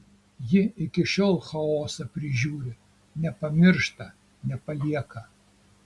ji iki šiol chaosą prižiūri nepamiršta nepalieka